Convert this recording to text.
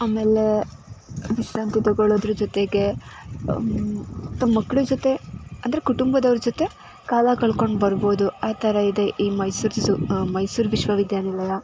ಆಮೇಲೆ ವಿಶ್ರಾಂತಿ ತೊಗೊಳ್ಳೋದ್ರ ಜೊತೆಗೆ ಅಥವಾ ಮಕ್ಳ ಜೊತೆ ಅಂದರೆ ಕುಟುಂಬದವ್ರ ಜೊತೆ ಕಾಲ ಕಳ್ಕೊಂಡು ಬರ್ಬೋದು ಆ ಥರ ಇದೆ ಈ ಮೈಸೂರು ಝೂ ಮೈಸೂರು ವಿಶ್ವವಿದ್ಯಾನಿಲಯ